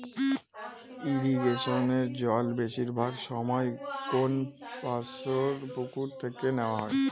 ইরিগেশনের জল বেশিরভাগ সময় কোনপাশর পুকুর থেকে নেওয়া হয়